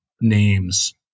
names